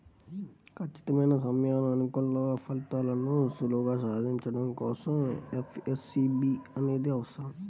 ఖచ్చితమైన సమయానుకూల ఫలితాలను సులువుగా సాధించడం కోసం ఎఫ్ఏఎస్బి అనేది అవసరం